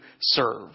serve